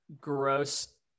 gross